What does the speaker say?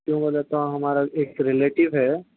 کیوں بولے تو ہمارا ایک ریلیٹو ہے